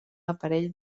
aparell